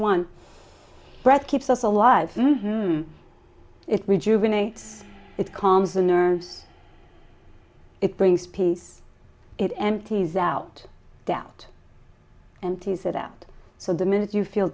one breath keeps us alive it rejuvenate it calms the nerves it brings peace it empties out doubt and tease it out so the minute you feel